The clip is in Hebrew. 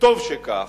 וטוב שכך,